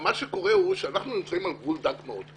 מה שקורה הוא שאנחנו נמצאים על גבול דק מאוד.